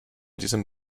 diesem